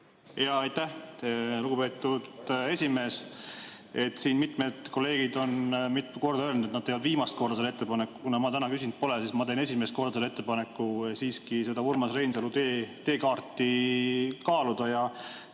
Aitäh, lugupeetud esimees! Siin mitmed kolleegid on mitu korda öelnud, et nad teevad viimast korda selle ettepaneku. Kuna ma täna küsinud pole, siis ma teen esimest korda ettepaneku siiski seda Urmas Reinsalu teekaarti kaaluda.